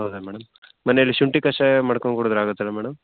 ಹೌದಾ ಮೇಡಮ್ ಮನೆಯಲ್ಲಿ ಶುಂಠಿ ಕಷಾಯ ಮಾಡಿಕೊಂಡು ಕುಡಿದ್ರೆ ಆಗುತ್ತಲ್ಲ ಮೇಡಮ್